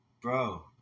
bro